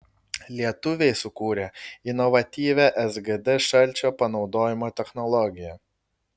lietuviai sukūrė inovatyvią sgd šalčio panaudojimo technologiją